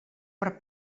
per